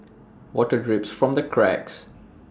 water drips from the cracks